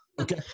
Okay